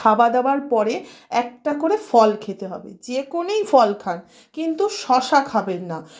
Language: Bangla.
খাওয়াদাওয়ার পরে একটা করে ফল খেতে হবে যে কোনওই ফল খান কিন্তু শশা খাবেন না